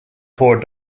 four